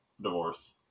divorce